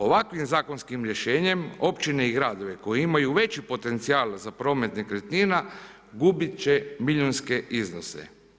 Ovakvim zakonskim rješenjem općine i gradovi koji imaju veći potencijal za promet nekretnina gubit će milijunske iznose.